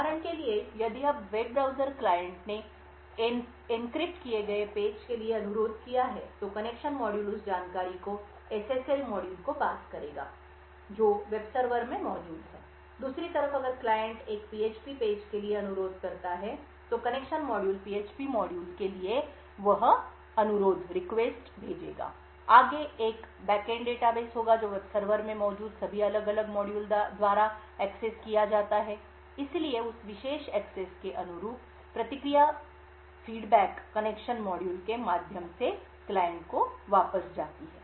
उदाहरण के लिए यदि वेब ब्राउज़र क्लाइंट ने एन्क्रिप्ट किए गए पेज के लिए अनुरोध किया है तो कनेक्शन मॉड्यूल उस जानकारी को एसएसएल मॉड्यूल को पास करेगा जो वेब सर्वर में मौजूद है दूसरी तरफ अगर क्लाइंट एक पीएचपी पेज के लिए अनुरोध करता है तो कनेक्शन मॉड्यूल PHP मॉड्यूल के लिए वह अनुरोध भेजेगा आगे एक बैक एंड डेटाबेस होगा जो वेब सर्वर में मौजूद सभी अलग अलग मॉड्यूल द्वारा एक्सेस किया जाता है इसलिए उस विशेष एक्सेस के अनुरूप प्रतिक्रिया कनेक्शन मॉड्यूल के माध्यम से क्लाइंट को वापस जाती है